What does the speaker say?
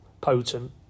potent